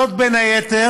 זאת, בין היתר,